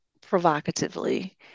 provocatively